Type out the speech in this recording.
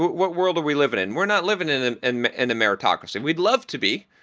what world are we living in? we're not living in and and and a meritocracy. we'd love to be,